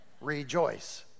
Rejoice